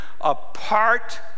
apart